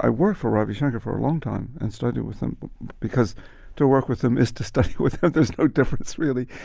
i worked for ravi shankar for a long time and studied with him because to work with him is to study with him. there's a difference, really.